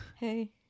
Hey